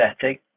setting